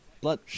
Blood